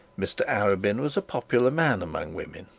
mr arabin was a popular man among women,